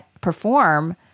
perform